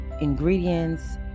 ingredients